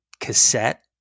cassette